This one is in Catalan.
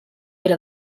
era